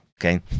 Okay